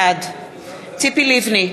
בעד ציפי לבני,